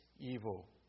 evil